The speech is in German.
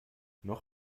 noch